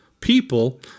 people